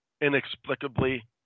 Inexplicably